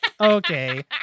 Okay